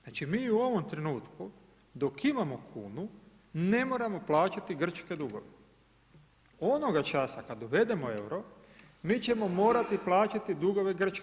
Znači mi u ovom trenutku dok imamo kunu ne moramo plaćati grčke dugove onoga časa kad uvedemo EUR-o mi ćemo morati plaćati dugove Grčke.